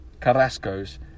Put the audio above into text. Carrasco's